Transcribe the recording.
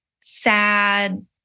sad